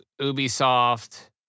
Ubisoft